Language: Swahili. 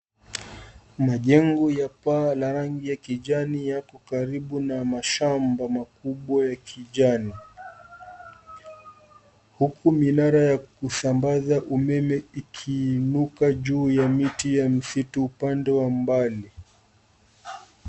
Majengo ya paa la rangi ya kijani yako karibu na mashamba makubwa ya kijani, huku minara ya kusambaza umeme ikiinuka juu ya miti ya msitu upande wa mbali.